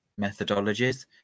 methodologies